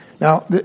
Now